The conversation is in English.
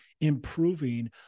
improving